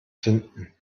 finden